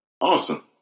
Awesome